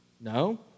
No